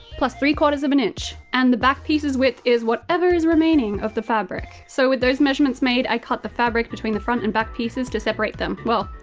plus three quarters of an inch. and the back piece's width is whatever is remaining of the fabric. so, with those measurements made, i cut the fabric between the front and back pieces to separate them. well